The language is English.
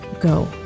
go